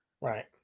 right